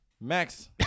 Max